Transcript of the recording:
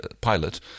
pilot